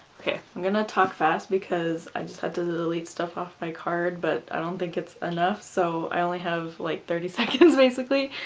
okay i'm gonna talk fast because i just had to the delete stuff off my card but i don't think it's enough so i only have like thirty seconds basically,